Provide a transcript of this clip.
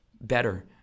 better